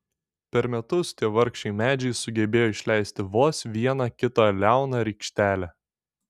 per metus tie vargšai medžiai sugebėjo išleisti vos vieną kitą liauną rykštelę